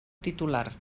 titular